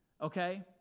okay